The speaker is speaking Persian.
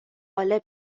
غالب